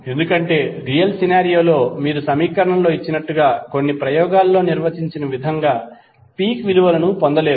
ఎందుకంటే real scenario లో మీరు సమీకరణంలో ఇచ్చినట్లుగా లేదా కొన్ని ప్రయోగాలలో నిర్వచించిన విధంగా పీక్ విలువలను పొందలేరు